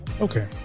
Okay